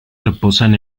reposan